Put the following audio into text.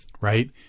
right